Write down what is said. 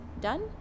done